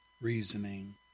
reasoning